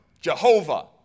Jehovah